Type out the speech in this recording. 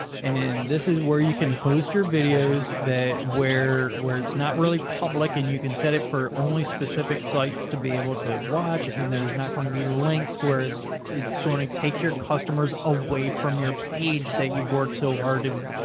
and this is where you can host your videos that were where it's not really public and you can set it for only specific sites to be able to watch. and there's not going to be links where it's going to take your customers away from your page that you've worked so hard to.